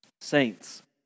Saints